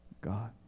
God